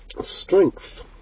strength